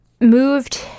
moved